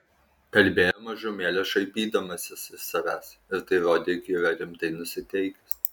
kalbėjo mažumėlę šaipydamasis iš savęs ir tai rodė jog yra rimtai nusiteikęs